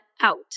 out